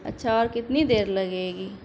اچھا اور کتنی دیر لگے گی